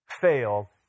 fail